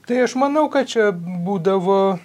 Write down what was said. tai aš manau kad čia būdavo